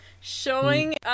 showing